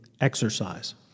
exercise